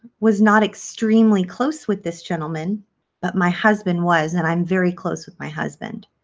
was not extremely close with this gentleman but my husband was and i'm very close with my husband.